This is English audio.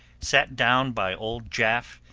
sat down by old jaf,